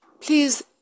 please